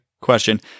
question